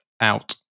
out